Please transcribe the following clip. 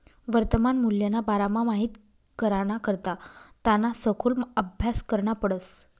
वर्तमान मूल्यना बारामा माहित कराना करता त्याना सखोल आभ्यास करना पडस